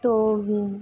তো